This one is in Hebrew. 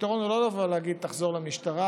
הפתרון הוא לא לבוא ולהגיד: תחזור למשטרה.